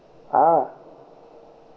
ah